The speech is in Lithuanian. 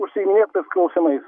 užsiiminėt tais klausimais